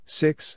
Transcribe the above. six